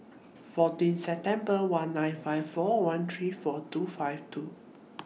fourteen September one nine five four one three four two five two